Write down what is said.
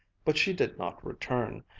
but she did not return.